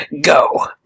Go